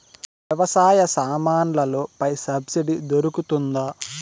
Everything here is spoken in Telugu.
వ్యవసాయ సామాన్లలో పై సబ్సిడి దొరుకుతుందా?